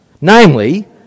Namely